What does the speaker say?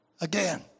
again